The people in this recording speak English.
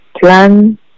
plan